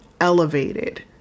elevated